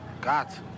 Got